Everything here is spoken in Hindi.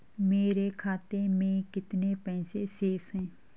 मेरे खाते में कितने पैसे शेष हैं?